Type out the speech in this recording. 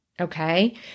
okay